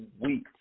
week